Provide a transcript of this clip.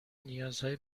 نیازهای